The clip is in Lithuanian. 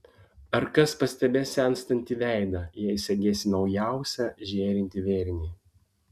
ar kas pastebės senstantį veidą jei segėsi naujausią žėrintį vėrinį